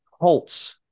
Colts